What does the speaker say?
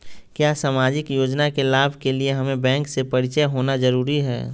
क्या सामाजिक योजना के लाभ के लिए हमें बैंक से परिचय होना जरूरी है?